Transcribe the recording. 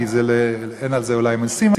כי אולי אין על זה הרבה מסים.